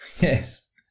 Yes